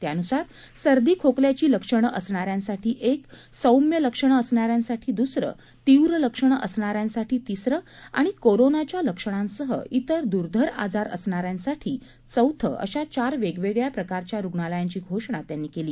त्यानुसार सर्दी खोकल्याची लक्षणं असणाऱ्यांसाठी एक सौम्य लक्षणं असणाऱ्यांसाठी दूसरे तीव्र लक्षणं असणाऱ्यांसाठी तिसरं आणि कोरोनाच्या लक्षणांसह इतर दर्धर आजार असणाऱ्यांसाठी चौथं अशा चार वेगवेगळ्या प्रकारच्या रुग्णालयांची घोषणा त्यांनी केली